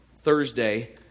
Thursday